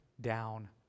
down